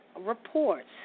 reports